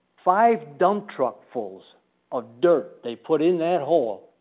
five dump truck fulls of dirt they put in that hole,